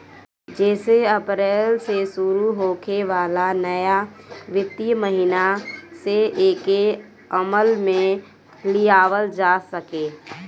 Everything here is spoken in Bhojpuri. जेसे अप्रैल से शुरू होखे वाला नया वित्तीय महिना से एके अमल में लियावल जा सके